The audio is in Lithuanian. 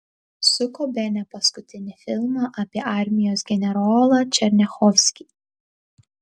suko bene paskutinį filmą apie armijos generolą černiachovskį